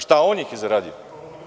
Šta, on ih je zaradio?